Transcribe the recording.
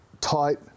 tight